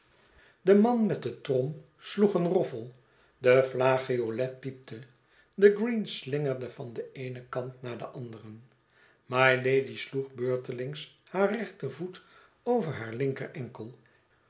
de man met de trorn sloeg een roffel de flageolet piepte de green slingerde van den eenen kant naar den anderen mylady sloeg beurtelings haar rechtervoet over haar link